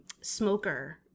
smoker –